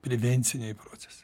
prevenciniai procesai